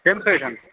تِم کَتٮ۪ن